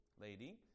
lady